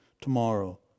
tomorrow